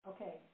Okay